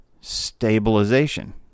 stabilization